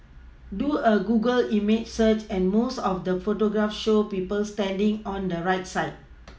do a Google image search and most of the photographs show people standing on the right side